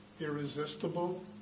irresistible